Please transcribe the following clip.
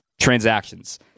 transactions